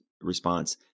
response